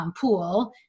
pool